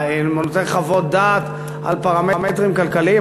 אתה נותן חוות דעת על פרמטרים כלכליים?